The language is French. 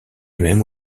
même